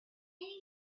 any